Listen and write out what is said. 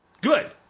Good